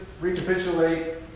recapitulate